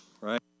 right